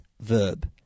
verb